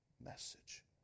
message